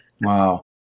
Wow